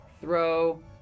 throw